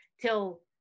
till